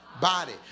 Body